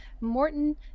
morton